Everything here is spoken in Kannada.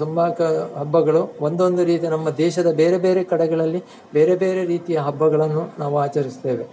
ತುಂಬ ಕ ಹಬ್ಬಗಳು ಒಂದೊಂದು ರೀತಿ ನಮ್ಮ ದೇಶದ ಬೇರೆ ಬೇರೆ ಕಡೆಗಳಲ್ಲಿ ಬೇರೆ ಬೇರೆ ರೀತಿಯ ಹಬ್ಬಗಳನ್ನು ನಾವು ಆಚರಿಸ್ತೇವೆ